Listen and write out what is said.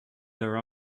their